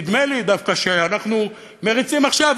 נדמה לי דווקא שאנחנו מריצים עכשיו,